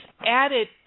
added